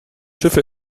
schiffe